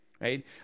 right